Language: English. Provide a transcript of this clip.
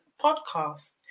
podcast